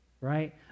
right